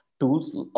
tools